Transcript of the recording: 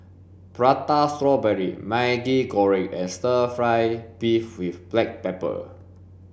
prata strawberry maggi goreng and stir fry beef with black pepper